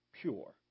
pure